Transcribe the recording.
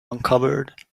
uncovered